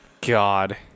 God